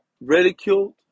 ridiculed